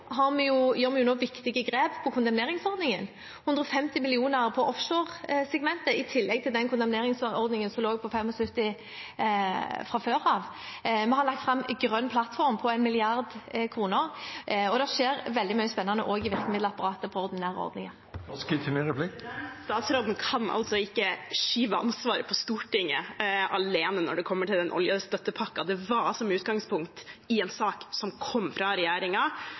viktige grep med kondemneringsordningen – 150 mill. kr på offshore-segmentet i tillegg til den kondemneringsordningen som var på 75 mill. kr fra før av. Vi har lagt fram en grønn plattform på 1 mrd. kr, og det skjer veldig mye spennende også i virkemiddelapparatet på de ordinære ordningene. Statsråden kan ikke skyve ansvaret over på Stortinget når det kommer til oljestøttepakken. Det var med utgangspunkt i en sak som kom fra